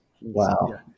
Wow